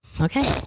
Okay